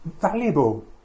Valuable